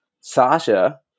Sasha